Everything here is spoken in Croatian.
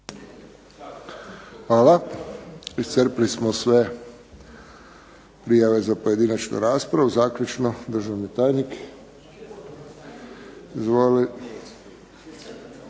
Hvala. Iscrpili smo sve prijave za pojedinačnu raspravu. Zaključno državni tajnik. Izvolite